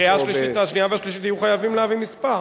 בקריאה השנייה והשלישית יהיו חייבים להביא מספר,